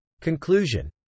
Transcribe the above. Conclusion